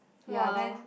ya then